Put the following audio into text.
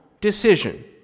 decision